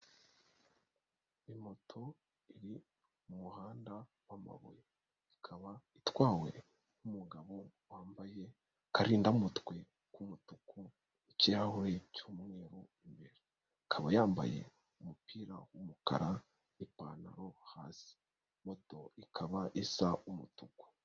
Moto iri mu muhanda wamabuye ikaba itwawe n'umugabo wambaye karindamutwe k'umutuku, ikirahure cy'umweru imbere, akaba yambaye umupira w'umukara n'ipantaro hasi, moto ikaba isa umutuku.